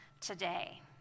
today